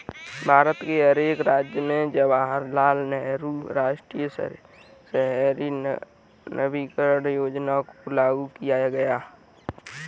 भारत के हर एक राज्य में जवाहरलाल नेहरू राष्ट्रीय शहरी नवीकरण योजना को लागू किया गया है